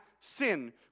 sin